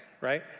right